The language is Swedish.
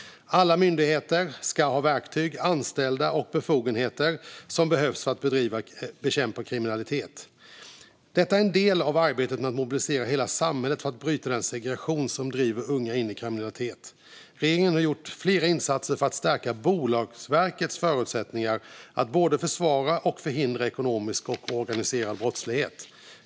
Alla myndigheter ska ha de verktyg, anställda och befogenheter som behövs för att bekämpa kriminalitet. Detta är en del av arbetet med att mobilisera hela samhället för att bryta den segregation som driver unga in i kriminalitet. Regeringen gjort flera insatser för att stärka Bolagsverkets förutsättningar att både försvåra och förhindra ekonomisk och organiserad brottslighet.